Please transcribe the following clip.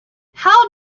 how